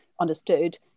understood